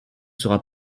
sera